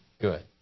good